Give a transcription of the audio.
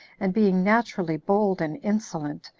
and being naturally bold and insolent,